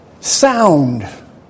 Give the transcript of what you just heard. sound